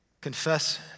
Confess